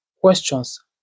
questions